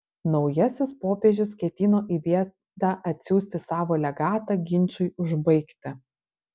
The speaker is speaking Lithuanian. naujasis popiežius ketino į vietą atsiųsti savo legatą ginčui užbaigti